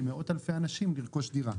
למאות אלפי אנשים לרכוש דירה.